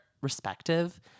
respective